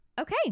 Okay